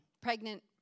pregnant